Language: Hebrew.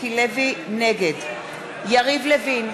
נגד יריב לוין,